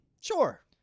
Sure